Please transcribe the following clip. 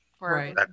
Right